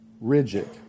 rigid